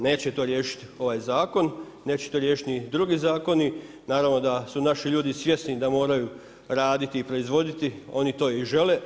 Neće to riješiti ovaj zakon, neće to riješiti ni drugi zakoni, naravno da su naši ljudi svjesni da moraju raditi i proizvoditi, oni to i žele.